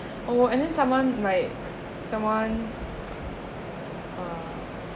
oh and then someone like someone uh